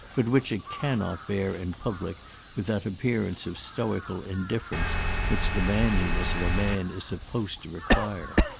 but which it cannot bear in public with that appearance of stoical indifference which the manliness of a man is supposed to require.